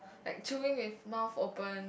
like chewing with mouth open